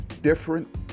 different